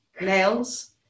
nails